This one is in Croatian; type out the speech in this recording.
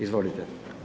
Izvolite.